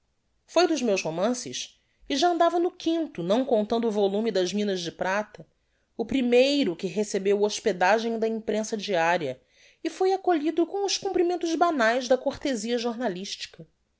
foi dos meus romances e já andava no quinto não contando o volume das minas de prata o primeiro que recebeu hospedagem da imprensa diaria e foi acolhido com os cumprimentos banaes da cortezia jornalistica